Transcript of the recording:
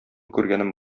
күргәнем